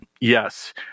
Yes